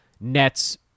Nets